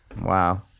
Wow